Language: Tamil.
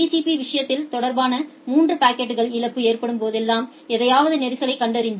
பி விஷயத்தில் தொடர்ச்சியான 3 பாக்கெட்கள் இழப்பு ஏற்படும் போதெல்லாம் எதையாவது நெரிசலாகக் கண்டறிந்தோம்